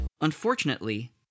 Unfortunately